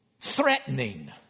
threatening